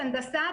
הנדסה,